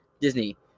Disney